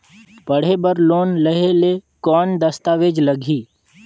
पढ़े बर लोन लहे ले कौन दस्तावेज लगही?